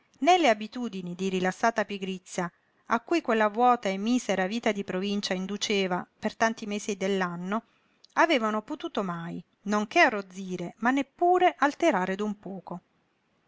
le abitudini di rilassata pigrizia a cui quella vuota e misera vita di provincia induceva per tanti mesi dell'anno avevano potuto mai non che arrozzire ma neppure alterare d'un poco